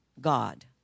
God